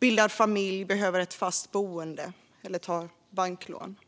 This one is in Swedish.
bildar familj, behöver ett fast boende eller tar banklån.